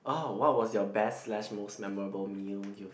orh what was your best slash most memorable meal you've